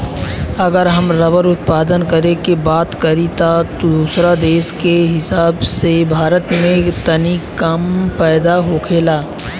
अगर हम रबड़ उत्पादन करे के बात करी त दोसरा देश के हिसाब से भारत में तनी कम पैदा होखेला